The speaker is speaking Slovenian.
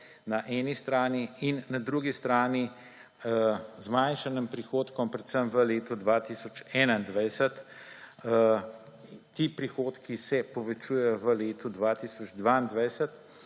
na eni strani in na drugi strani zmanjšanim prihodkom predvsem v letu 2021. Ti prihodki se povečujejo v letu 2022